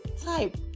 type